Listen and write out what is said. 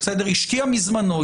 השקיע מזמנו,